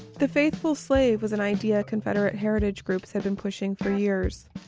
the faithful slave was an idea confederate heritage groups had been pushing for years.